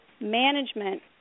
management